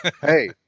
Hey